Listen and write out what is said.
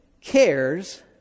cares